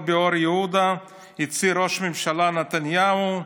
באור יהודה הצהיר ראש הממשלה נתניהו: